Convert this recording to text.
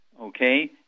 okay